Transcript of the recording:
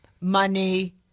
Money